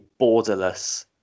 borderless